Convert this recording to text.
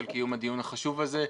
על קיום הדיון החשוב הזה.